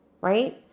right